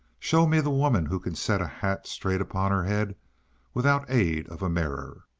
show me the woman who can set a hat straight upon her head without aid of a mirror!